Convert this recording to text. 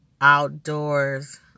outdoors